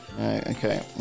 Okay